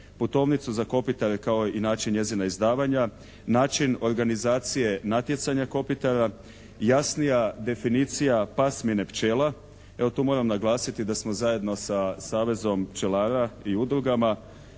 putovnicu za kopitare kao i način njezina izdavanja, način organizacije natjecanja kopitara, jasnija definicija pasmine pčela. Evo tu moram naglasiti da smo zajedno sa Savezom pčelara i udrugama